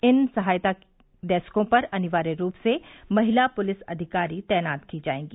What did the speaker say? इन सहायता डेस्कों पर अनिवार्य रूप से महिला पुलिस अधिकारी तैनात की जायेंगी